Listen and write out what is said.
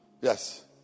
Yes